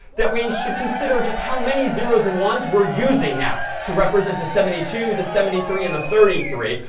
that we should consider just how many zeroes and ones we're using now to represent the seventy two, the seventy three, and the thirty three.